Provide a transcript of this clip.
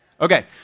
Okay